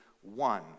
one